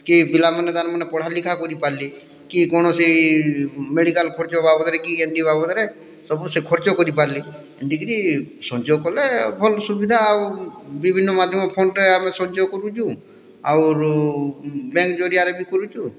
କି ପିଲାମାନେ ତାର୍ମାନେ ପଢ଼ାଲିଖା କରିପାର୍ଲେ କି କୌଣସି ମେଡ଼ିକାଲ୍ ଖର୍ଚ୍ଚ ବାବଦ୍ରେ କି କେନ୍ତି ବାବଦ୍ରେ ସବୁ ସେ ଖର୍ଚ୍ଚ କରିପାର୍ଲେ ଏନ୍ତିକିରି ସଞ୍ଚୟ କଲେ ଭଲ୍ ସୁବିଧା ଆଉ ବିଭିନ୍ନ ମାଧ୍ୟମ୍ ଫଣ୍ଡ୍ରେ ଆମେ ସଞ୍ଚୟ କରୁଚୁଁ ଆଉ ବ୍ୟାଙ୍କ୍ ଜରିଆରେ ବି କରୁଚୁଁ